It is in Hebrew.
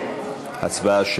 בבקשה,